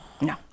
No